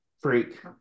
freak